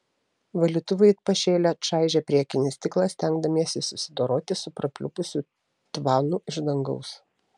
valytuvai it pašėlę čaižė priekinį stiklą stengdamiesi susidoroti su prapliupusiu tvanu iš dangaus